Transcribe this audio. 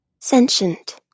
Sentient